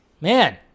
man